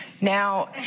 Now